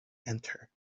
enter